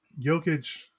Jokic